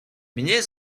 mnie